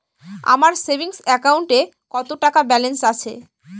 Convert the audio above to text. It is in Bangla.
আমার সেভিংস অ্যাকাউন্টে কত টাকা ব্যালেন্স আছে?